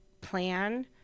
plan